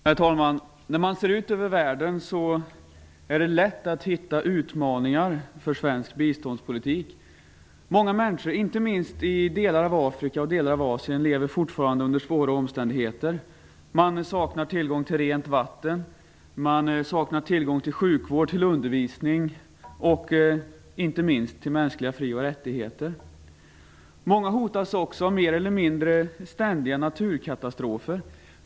Herr talman! När man ser ut över världen är det lätt att hitta utmaningar för svensk biståndspolitik. Många människor, inte minst i delar av Afrika och Asien lever fortfarande under svåra omständigheter. Man saknar tillgång till rent vatten, till sjukvård och undervisning samt inte minst till mänskliga fri och rättigheter. Många hotas också av mer eller mindre ständiga naturkatastrofer.